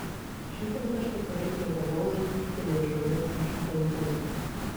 šįkart aš tikrai privalau laikyti liežuvį už dantų